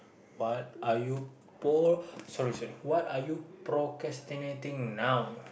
what are you por~ sorry sorry what are you procrastinating now